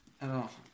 Alors